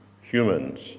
humans